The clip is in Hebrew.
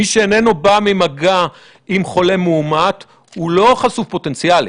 מי שאיננו בא במגע עם חולה מאומת הוא לא חשוף פוטנציאלי.